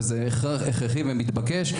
זה הכרחי ומתבקש,